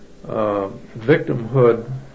victimhood